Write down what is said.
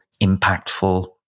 impactful